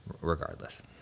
regardless